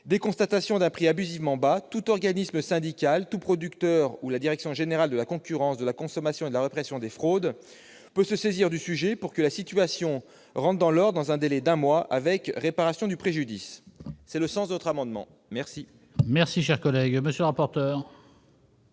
Dès constatation d'un prix abusivement bas, tout organisme syndical, tout producteur ou la direction générale de la concurrence, de la consommation et de la répression des fraudes peut se saisir du sujet pour que la situation rentre dans l'ordre dans un délai d'un mois, avec réparation du préjudice. » Quel est l'avis de la commission ? L'incohérence n'est pas toujours